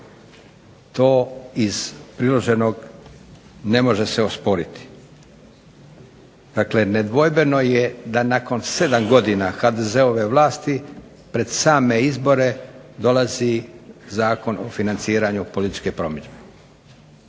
To iz priloženog ne može se osporiti. Dakle, nedvojbeno je da nakon 7 godina HDZ-ove vlasti pred same izbore dolazi Zakon o financiranju političke promidžbe